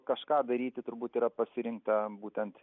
kažką daryti turbūt yra pasirinkta būtent